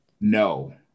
No